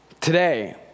Today